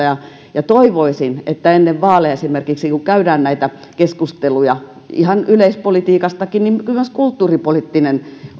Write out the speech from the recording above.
ja ja toivoisin että ennen vaaleja esimerkiksi kun käydään näitä keskusteluja ihan yleispolitiikastakin myös kulttuuripoliittinen